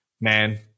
man